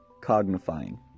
Cognifying